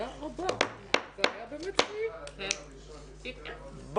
הישיבה ננעלה בשעה 09:12.